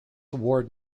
ward